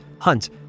hunt